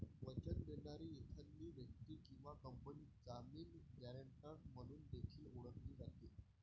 वचन देणारी एखादी व्यक्ती किंवा कंपनी जामीन, गॅरेंटर म्हणून देखील ओळखली जाते